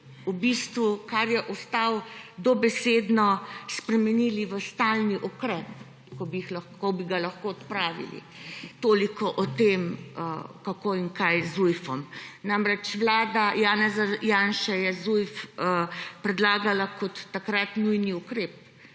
v bistvu Zujf, kar ga je ostalo, dobesedno spremenili v stalni ukrep, ko bi ga lahko odpravili. Toliko o tem, kako in kaj z Zujfom. Namreč vlada Janeza Janše je Zujf predlagala kot takrat nujni ukrep